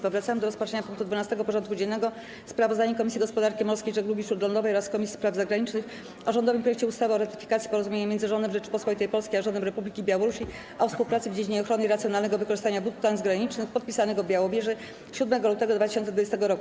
Powracamy do rozpatrzenia punktu 12. porządku dziennego: Sprawozdanie Komisji Gospodarki Morskiej i Żeglugi Śródlądowej oraz Komisji Spraw Zagranicznych o rządowym projekcie ustawy o ratyfikacji Porozumienia między Rządem Rzeczypospolitej Polskiej a Rządem Republiki Białorusi o współpracy w dziedzinie ochrony i racjonalnego wykorzystania wód transgranicznych, podpisanego w Białowieży dnia 7 lutego 2020 r.